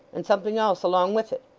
and something else along with it.